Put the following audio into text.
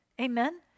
Amen